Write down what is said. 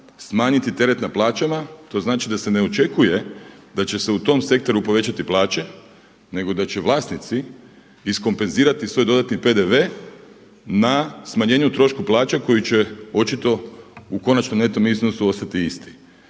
smanjiti teret na plaćama. To znači da se ne očekuje da će se u tom sektoru povećati plaće, nego da će vlasnici iskompenzirati svoj dodatni PDV na smanjenju troška plaća koji će očito u konačnom neto iznosu ostati isti.